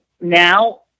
now